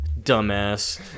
dumbass